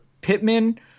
Pittman